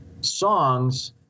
songs